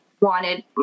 wanted